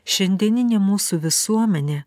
šiandieninė mūsų visuomenė